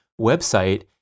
website